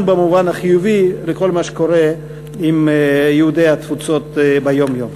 במובן החיובי בכל מה שקורה עם יהודי התפוצות ביום-יום.